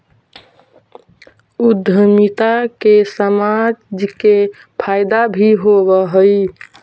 उद्यमिता से समाज के फायदा भी होवऽ हई